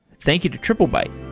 thank you to triplebyte